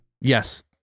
Yes